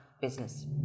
business